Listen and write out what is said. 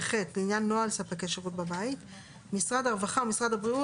ו-(ח) (נוהל ספקי שירות בבית); (3) משרד הרווחה ומשרד הבריאות